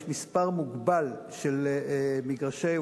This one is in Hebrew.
יש מספר מוגבל של מגרשי,